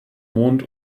mond